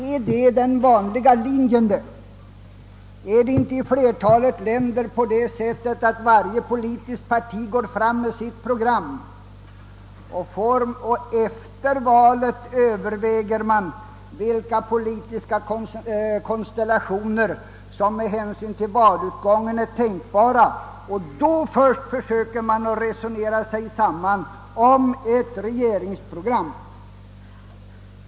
Är det den vanliga linjen? Är det inte i flertalet länder på det sättet, att varje politiskt parti i valrörelsen går fram med sitt eget program och först efter valet överväger man vilka politiska konstellationer som med hänsyn till valutgången är tänkbara. Först då försöker man resonera sig fram till ett regeringsprogram.